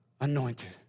Anointed